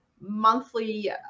monthly